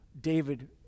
David